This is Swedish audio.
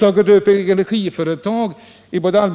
Varken allmännyttiga företag eller